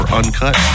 uncut